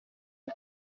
w’u